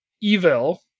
evil